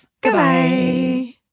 Goodbye